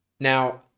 Now